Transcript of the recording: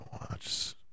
watch